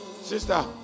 Sister